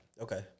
Okay